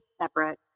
separate